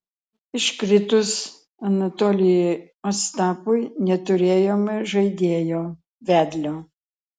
iškritus anatolijui ostapui neturėjome žaidėjo vedlio